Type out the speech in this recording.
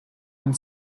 and